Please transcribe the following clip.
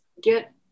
get